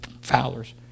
fowlers